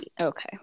Okay